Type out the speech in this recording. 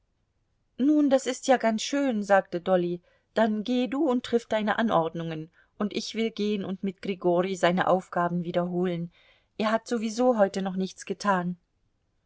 nun das ist ja ganz schön sagte dolly dann geh du und triff deine anordnungen und ich will gehen und mit grigori seine aufgaben wiederholen er hat sowieso heute noch nichts getan